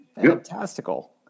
Fantastical